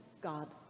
God